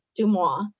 Dumois